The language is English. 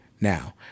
Now